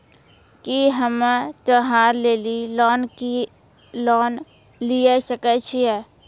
की हम्मय त्योहार लेली लोन लिये सकय छियै?